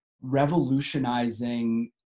revolutionizing